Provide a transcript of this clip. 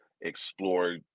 explore